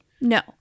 No